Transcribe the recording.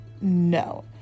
No